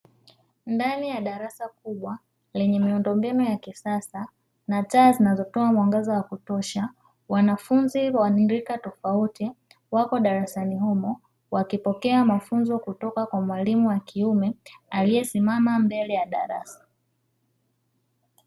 Ndani ya darasa kubwa lenye miundombinu ya kisasa na taa zinazotoa mwangaza wa kutosha, wanafunzi wenye rika tofauti wapo darasani humo, wakipokea mafunzo kutoka kwa mwalimu wa kiume aliyesimama mbele ya darasa.